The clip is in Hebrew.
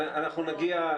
--- אנחנו נגיע.